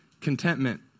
contentment